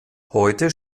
heute